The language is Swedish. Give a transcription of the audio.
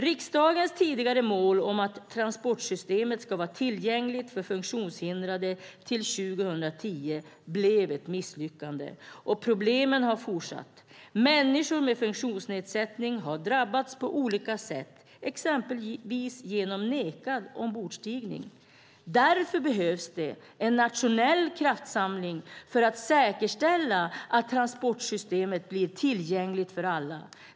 Riksdagens tidigare mål om att transportsystemet ska vara tillgängligt för funktionshindrade till 2010 blev ett misslyckande, och problemen har fortsatt. Människor med funktionsnedsättning har drabbats på olika sätt, exempelvis genom att de nekas ombordstigning. Därför behövs det en nationell kraftsamling för att säkerställa att transportsystemet blir tillgängligt för alla.